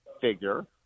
figure